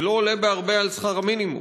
זה לא עולה בהרבה על שכר המינימום.